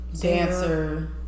Dancer